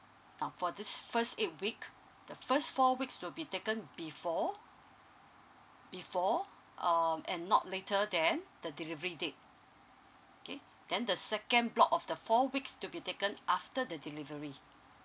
ah for this first eight week the first four weeks to be taken before before um and not later than the delivery date okay then the second block of the four weeks to be taken after the delivery